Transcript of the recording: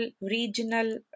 regional